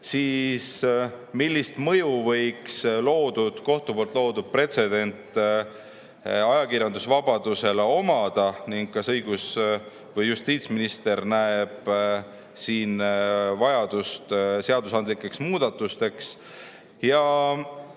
Millist mõju võiks kohtu poolt loodud pretsedent ajakirjandusvabadusele omada ning kas justiitsminister näeb siin vajadust seadusandlikeks muudatusteks? Ja